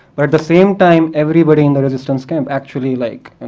but at the same time, everybody in the resistance camp actually like and